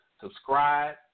subscribe